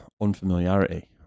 unfamiliarity